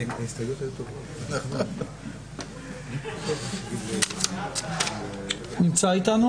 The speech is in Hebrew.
אני מבקש מליאור עמיחי הוא נמצא איתנו